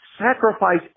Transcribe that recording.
sacrifice